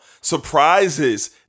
surprises